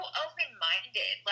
open-minded